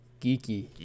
Geeky